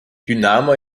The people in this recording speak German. dynamo